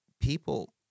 people